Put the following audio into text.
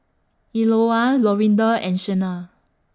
Eola Lorinda and Shena